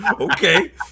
okay